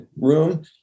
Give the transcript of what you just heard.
room